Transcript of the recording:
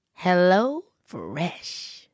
HelloFresh